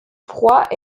froid